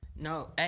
No